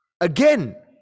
Again